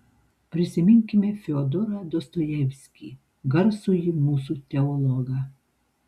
prisiminkime fiodorą dostojevskį garsųjį mūsų teologą